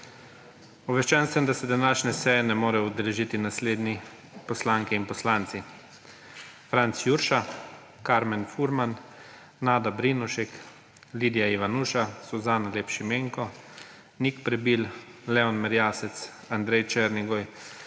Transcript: Obveščen sem, da se današnje seje ne morejo udeležiti naslednji poslanke in poslanci: